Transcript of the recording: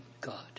God